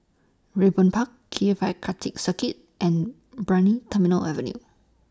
Raeburn Park K F I Karting Circuit and Brani Terminal Avenue